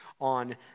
on